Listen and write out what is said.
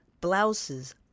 Blouses